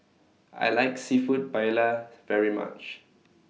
I like Seafood Paella very much